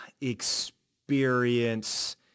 experience